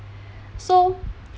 so